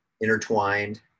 intertwined